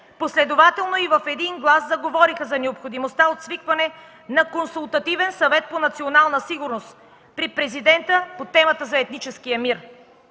последователно и в един глас заговориха за необходимостта от свикване на Консултативен съвет по национална сигурност при Президента по темата за етническия мир.